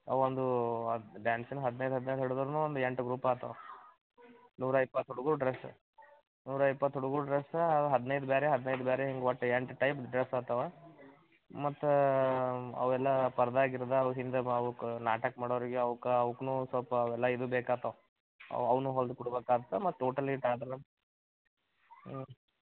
ಅವೊಂದು ಅದು ಡ್ಯಾನ್ಸಿನ ಹದಿನೈದು ಹದಿನೈದು ಹಿಡಿದರ್ನೂ ಒಂದು ಎಂಟು ಗ್ರೂಪ್ ಆಗ್ತವ ನೂರ ಇಪ್ಪತ್ತು ಹುಡುಗರ ಡ್ರೆಸ್ಸ್ ನೂರ ಇಪ್ಪತ್ತು ಹುಡುಗರ ಡ್ರೆಸ್ಸ ಅವು ಹದಿನೈದು ಬೇರೆ ಹದಿನೈದು ಬೇರೆ ಹಿಂಗೆ ಒಟ್ಟು ಎಂಟು ಟೈಪ್ ಡ್ರೆಸ್ಸ್ ಆಗ್ತವ ಮತ್ತು ಅವೆಲ್ಲ ಪರ್ದೆ ಗಿರ್ದೆ ಅವು ಹಿಂದೆ ಅವಕ್ಕ ನಾಟಕ ಮಾಡೋರಿಗೆ ಅವಕ್ಕ ಅವುಕ್ಕೂ ಸ್ವಲ್ಪ ಅವೆಲ್ಲ ಇದು ಬೇಕಾಗ್ತವ್ ಅವನ್ನೂ ಹೊಲ್ದು ಕೊಡ್ಬೇಕಾಗತ್ತ ಮತ್ತು ಟೋಟಲ್ ಹ್ಞೂ